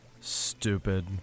stupid